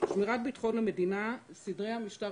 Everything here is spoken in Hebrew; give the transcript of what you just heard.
"שמירת ביטחון המדינה, סדרי המשטר